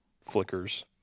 flickers